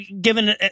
given